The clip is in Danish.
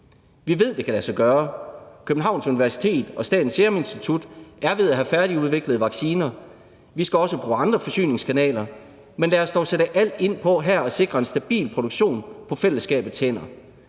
Vi ved, at det kan lade sig gøre. Københavns Universitet og Statens Serum Institut er ved at have færdigudviklede vacciner. Vi skal også bruge andre forsyningskanaler, men lad os dog sætte alt ind på her at sikre en stabil produktion på fællesskabets hændere